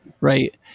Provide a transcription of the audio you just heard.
right